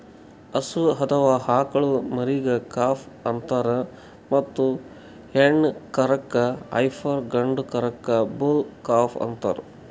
ಹಸು ಅಥವಾ ಆಕಳ್ ಮರಿಗಾ ಕಾಫ್ ಅಂತಾರ್ ಮತ್ತ್ ಹೆಣ್ಣ್ ಕರಕ್ಕ್ ಹೈಪರ್ ಗಂಡ ಕರಕ್ಕ್ ಬುಲ್ ಕಾಫ್ ಅಂತಾರ್